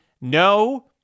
no